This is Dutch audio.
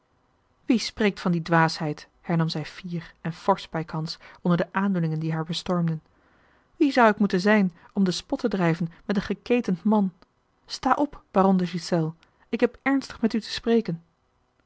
wie spreekt van die dwaasheid hernam zij fier en forsch bijkans onder de aandoeningen die haar bestormden wie zou ik moeten zijn om den spot te drijven met een geketend man sta op baron de ghiselles ik heb ernstig met u te spreken